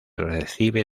recibe